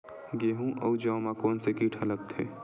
गेहूं अउ जौ मा कोन से कीट हा लगथे?